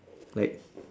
like